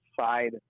side